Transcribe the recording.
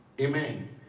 Amen